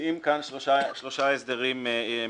מציעים כאן שלושה הסדרים מרכזיים: